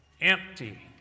empty